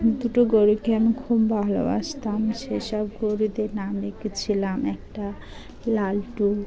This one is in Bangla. দুটো গরুকে আমি খুব ভালোবাসতাম সেই সব গরুদের নাম রেখেছিলাম একটা লালটু